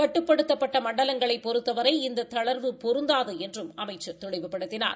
கட்டுப்படுத்தப்பட்ட மண்டலங்களைப் பொறுத்தவரை இந்த தளர்வு பொருந்தாது என்றும் அமைச்சா் தெளிவுபடுத்தினார்